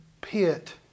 pit